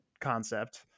concept